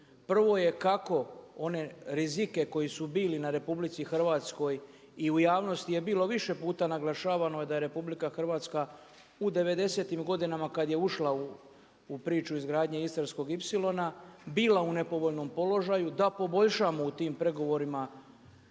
Prvo je kako one rizike koji su bili na RH i u javnosti je bilo više puta naglašavamo da je RH u 90-tim godinama kad je ušla u priču izgradnje Istarskog ipsilona bila u nepovoljnom položaju, da poboljšamo u tim pregovorima